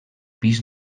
pis